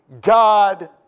God